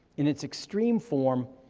in its extreme form,